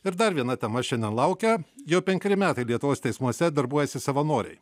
ir dar viena tema šiandien laukia jau penkeri metai lietuvos teismuose darbuojasi savanoriai